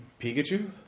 Pikachu